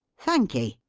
thank'ee.